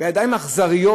בידיים אכזריות.